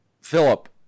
Philip